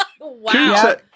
Wow